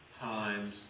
times